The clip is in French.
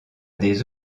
des